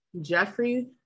jeffrey